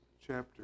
chapter